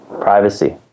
privacy